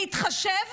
להתחשב